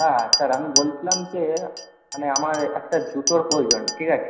হ্যাঁ স্যার আমি বলছিলাম যে মানে আমার একটা জুতোর প্রয়োজন ঠিক আছে